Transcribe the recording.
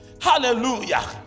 Hallelujah